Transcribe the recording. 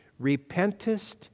repentest